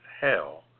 hell